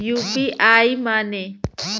UPI माने?